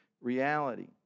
reality